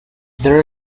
their